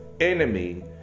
enemy